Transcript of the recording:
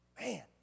Man